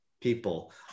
people